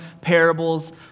parables